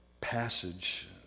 passage